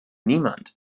niemand